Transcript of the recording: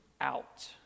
out